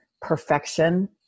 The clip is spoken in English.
perfection